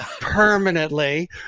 permanently